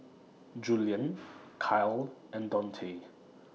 Juliann Kyle and Dontae